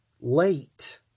late